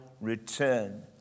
return